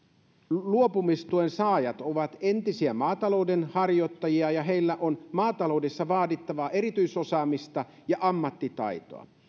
luopumistuen saajat ovat entisiä maatalouden harjoittajia ja heillä on maataloudessa vaadittavaa erityisosaamista ja ammattitaitoa